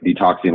detoxing